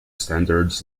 standards